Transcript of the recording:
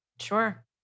Sure